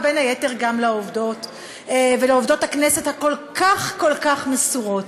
ובין היתר גם לעובדות הכנסת הכל-כך כל כך מסורות.